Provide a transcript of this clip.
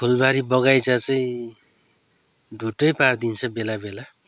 फुलबारी बगैँचा चाहिँ धुट्टै पारिदिन्छ बेला बेला